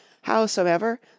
howsoever